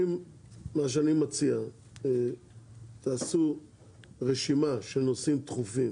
מה שאני מציע זה שתעשו רשימה של נושאים דחופים